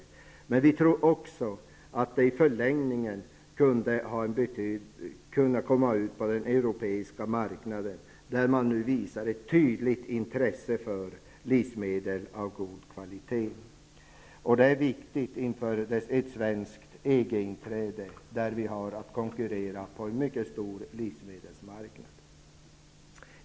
Men vi tror också att i förlängningen kan produkterna komma ut på den europeiska marknaden, där det nu visas ett tydligt intresse för livsmedel av god kvalitet. Detta är viktigt inför ett svenskt EG-inträde, där Sverige kommer att konkurrera på en stor livsmedelsmarknad.